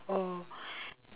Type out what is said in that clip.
or